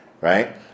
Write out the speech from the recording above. Right